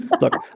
look